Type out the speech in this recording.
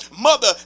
Mother